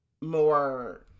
more